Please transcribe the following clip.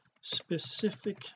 specific